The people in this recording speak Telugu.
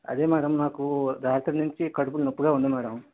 అదే మేడం నాకు రాత్రి నుంచి కడుపు నొప్పిగా ఉంది మేడం